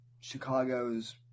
Chicago's